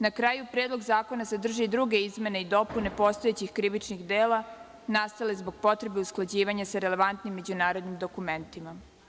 Na kraju Predlog zakona sadrži i druge izmene i dopune postojećih krivičnih dela nastale zbog potrebe usklađivanja sa relevantnim međunarodnim dokumentima.